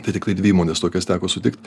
tai tiktai dvi įmones tokias teko sutikt